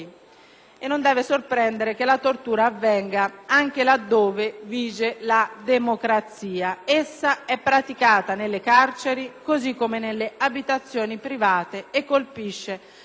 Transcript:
anche laddove vige la democrazia. Essa è praticata nelle carceri così come nelle abitazioni private e colpisce persone di tutte le estrazioni sociali.